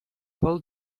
paul